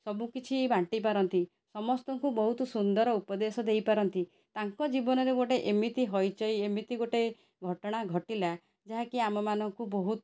ସବୁ କିଛି ବାଣ୍ଟିପାରନ୍ତି ସମସ୍ତଙ୍କୁ ବହୁତ ସୁନ୍ଦର ଉପଦେଶ ଦେଇପାରନ୍ତି ତାଙ୍କ ଜୀବନରେ ଗୋଟେ ଏମିତି ହଇଚଇ ଏମିତି ଗୋଟେ ଘଟଣା ଘଟିଲା ଯାହାକି ଆମ ମାନଙ୍କୁ ବହୁତ